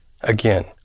Again